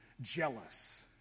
jealous